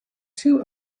two